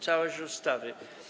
Całość ustawy.